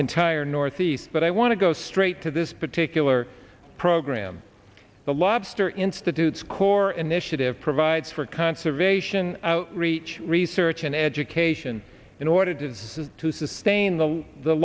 entire northeast but i want to go straight to this particular program the lobster institutes core initiative provides for conservation outreach research and education in order to this is to sustain the the